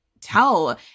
tell